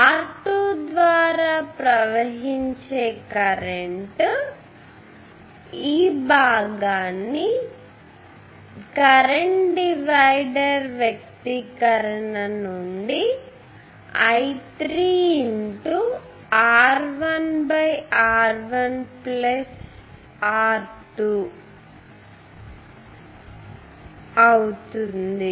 R2 ద్వారా ప్రవహించే current ఈ భాగాన్ని కరెంట్ డివైడర్ వ్యక్తీకరణ నుండి I3 R1 R1 R2 అవుతుంది